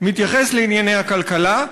מתייחס לענייני הכלכלה,